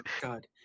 God